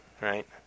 right